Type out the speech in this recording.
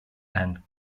and